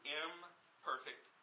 imperfect